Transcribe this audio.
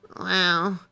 Wow